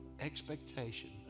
expectation